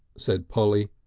said polly.